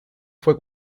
fue